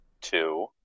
two